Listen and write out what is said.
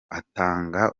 atanga